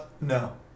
No